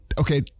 Okay